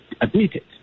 admitted